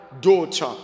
daughter